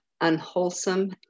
unwholesome